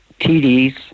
TDs